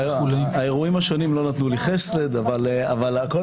האירועים השונים לא נתנו לי חסד אבל הכול